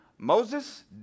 Moses